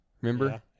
Remember